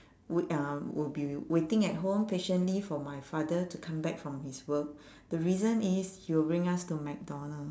we uh will be waiting at home patiently for my father to come back from his work the reason is he will bring us to mcdonald's